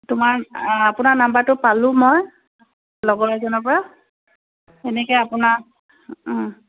তোমাৰ আপোনাৰ নাম্বাৰটো পালোঁ মই লগৰ এজনৰপৰা এনেকৈ আপোনাক